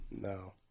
No